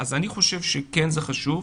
אני חושב שזה חשוב,